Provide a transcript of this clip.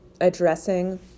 addressing